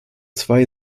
zwei